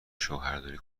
شوهرداری